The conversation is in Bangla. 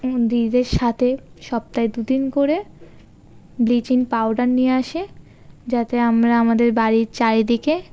দিদিদের সাথে সপ্তাহে দু দিন করে ব্লিচিং পাউডার নিয়ে আসে যাতে আমরা আমাদের বাড়ির চারিদিকে